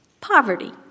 Poverty